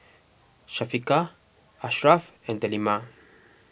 Syafiqah Ashraff and Delima